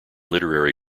literary